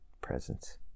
presence